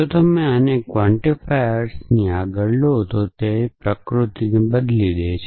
જો તમે આને ક્વોન્ટિફાયરની આગળ લો તો તે તેની પ્રકૃતિને બદલી દે છે